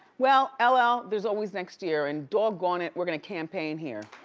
well, ah ll, ah there's always next year, and doggonit, we're gonna campaign here.